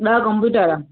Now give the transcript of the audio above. ॾह कंप्युटर